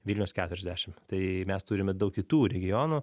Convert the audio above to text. vilniaus keturiasdešim tai mes turime daug kitų regionų